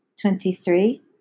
twenty-three